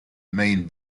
main